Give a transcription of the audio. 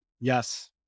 Yes